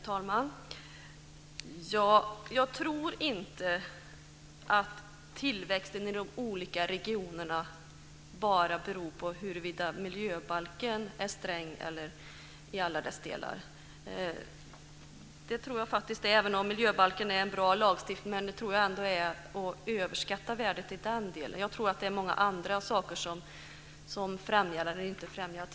Herr talman! Jag tror inte att tillväxten i de olika regionerna bara beror på huruvida miljöbalken är sträng i alla dess delar. Även om miljöbalken är en bra lagstiftning, tror jag ändå att det är att överskatta värdet i det avseendet. Jag tror att det är mycket annat som gör att tillväxt främjas eller inte främjas.